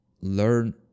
learn